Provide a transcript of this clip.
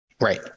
Right